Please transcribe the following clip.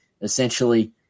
Essentially